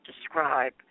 describe